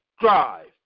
Drive